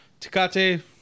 Takate